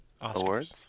awards